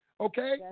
Okay